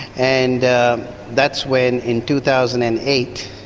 and that's when, in two thousand and eight,